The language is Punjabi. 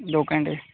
ਦੋ ਘੰਟੇ